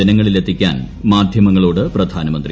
ജനങ്ങളിൽ എത്തിക്കാൻ മാധ്യമങ്ങളോട് പ്രധാനമന്ത്രി